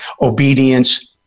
obedience